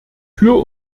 tür